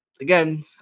again